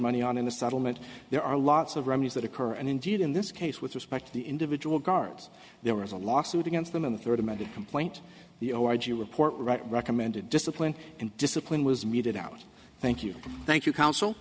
money on in the settlement there are lots of remedies that occur and indeed in this case with respect to the individual guards there was a lawsuit against them in the third amended complaint the oh i g report right recommended discipline and discipline was meted out thank you thank you counsel